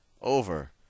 over